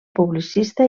publicista